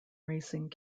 racing